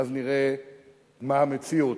ואז נראה מה המציאות.